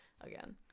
again